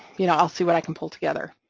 you know, i'll see what i can pull together,